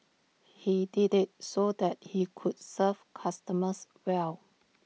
he did IT so that he could serve customers well